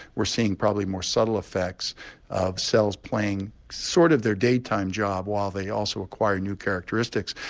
we're seeing probably more subtle effects of cells playing sort of their day time job while they also acquire new characteristics.